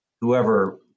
Whoever